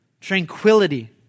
tranquility